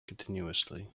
continuously